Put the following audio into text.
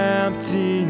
empty